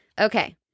Okay